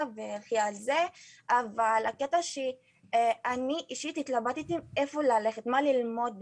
ותלכי על זה.." אבל הקטע שאני אישית התלבטתי לאיפה ללכת ומה ללמוד בכלל.